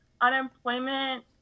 Unemployment